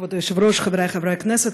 כבוד היושב-ראש, חברי חברי הכנסת,